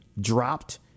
dropped